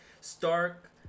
Stark